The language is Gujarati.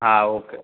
હા ઓકે